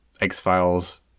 X-Files